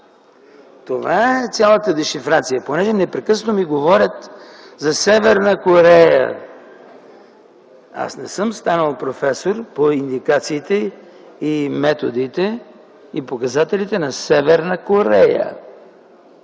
това е цялата дешифрация. Понеже непрекъснато ми говорят за Северна Корея, аз не съм станал професор по индикациите, методите и по показателите на Северна Корея.